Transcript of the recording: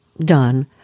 Done